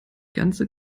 ganze